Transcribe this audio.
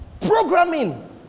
Programming